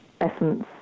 essence